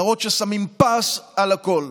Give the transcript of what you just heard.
להראות ששמים פס על הכול: